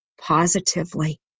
positively